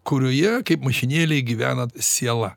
kurioje kaip mašinėlėj gyvena siela